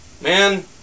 Man